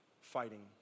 fighting